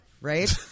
right